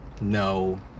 no